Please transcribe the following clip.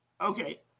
okay